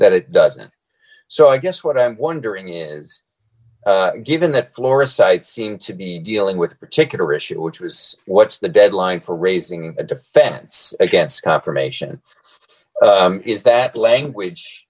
that it doesn't so i guess what i'm wondering is given that flora sites seem to be dealing with particular issue which was what's the deadline for raising a defense against confirmation is that language